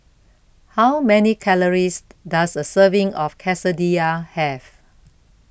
How Many Calories Does A Serving of Quesadillas Have